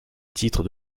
titre